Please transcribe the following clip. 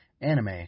anime